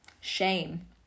shame